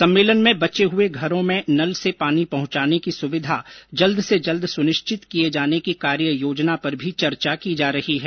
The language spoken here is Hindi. सम्मेलन में बचे हुए घरों में नल से पानी पहंचाने की सुविधा जल्द से जल्द सुनिश्चित किए जाने की कार्ययोजना पर भी चर्चा की जा रही है